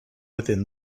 within